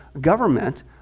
government